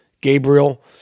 Gabriel